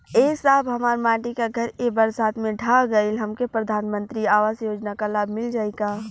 ए साहब हमार माटी क घर ए बरसात मे ढह गईल हमके प्रधानमंत्री आवास योजना क लाभ मिल जाई का?